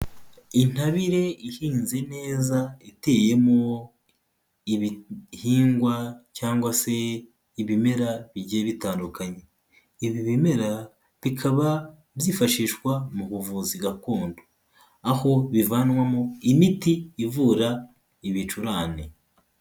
Intabire ihinze neza, iteyemo ibihingwa cyangwa se ibimera bigiye bitandukanye, ibi bimera bikaba byifashishwa mu buvuzi gakondo aho bivanwamo imiti ivura ibicurane.